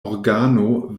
organo